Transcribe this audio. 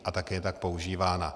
A také je tak používána.